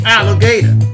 Alligator